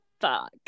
fuck